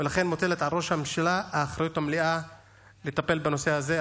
ולכן מוטלת על ראש הממשלה האחריות המלאה לטפל בנושא הזה.